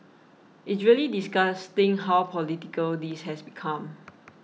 it's really disgusting how political this has become